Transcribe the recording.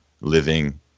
living